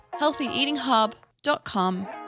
healthyeatinghub.com